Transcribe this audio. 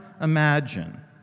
imagine